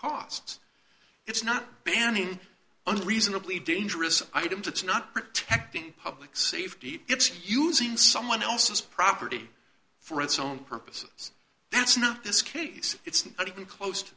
costs it's not banning unreasonably dangerous items it's not protecting public safety it's using someone else's property for its own purposes that's not this case it's not even close to